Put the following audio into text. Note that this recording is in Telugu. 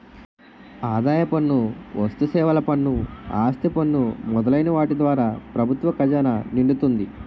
ఆదాయ పన్ను వస్తుసేవల పన్ను ఆస్తి పన్ను మొదలైన వాటి ద్వారా ప్రభుత్వ ఖజానా నిండుతుంది